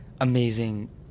amazing